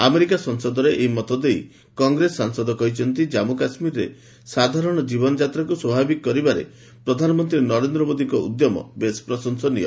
America ସଂସଦରେ ଏହି ମତ ଦେଇ କଂଗ୍ରେସ ସାଂସଦ କହିଛନ୍ତି ଜନ୍ମୁ କାଶ୍ମୀରରେ ସାଧାରଣ ଜୀବନଯାତ୍ରାକୁ ସ୍ୱାଭାବିକ କରିବାରେ ପ୍ରଧାନମନ୍ତ୍ରୀ ନରେନ୍ଦ୍ର ମୋଦିଙ୍କ ଉଦ୍ୟମ ପ୍ରଶଂସନୀୟ